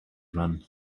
run